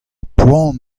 poan